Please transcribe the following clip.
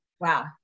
Wow